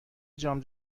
جام